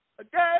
Again